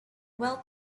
well